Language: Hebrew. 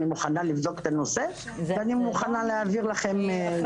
אני מוכנה לבדוק את הנושא ואני מוכנה להעביר לכם.